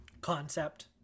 concept